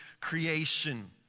creation